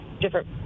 different